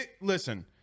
listen